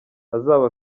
azaba